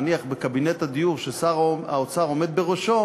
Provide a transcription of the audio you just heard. נניח בקבינט הדיור, ששר האוצר עומד בראשו